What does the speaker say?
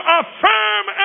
affirm